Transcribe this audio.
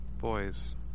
Boys